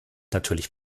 natürlich